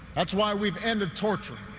that's why we've ended torture,